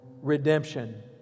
redemption